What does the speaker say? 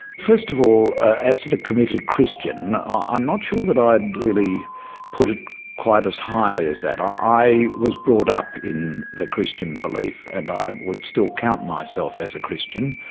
first of all, as to the committed christian, ah i'm not sure that i'd really put it quite as highly as that. i i was brought up in the christian belief, and i would still count myself as a christian,